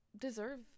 deserve